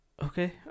Okay